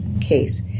case